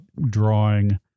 drawing